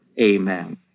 Amen